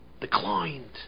declined